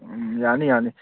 ꯎꯝ ꯌꯥꯅꯤ ꯌꯥꯅꯤ